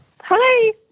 Hi